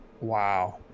wow